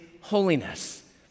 holiness